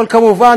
אבל כמובן,